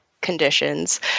conditions